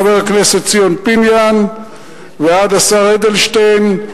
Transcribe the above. חבר הכנסת ציון פיניאן ועד השר אדלשטיין,